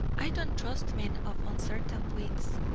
i don't trust men of uncertain wits,